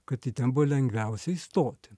kad į ten buvo lengviausia įstoti